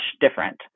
different